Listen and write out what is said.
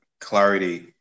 clarity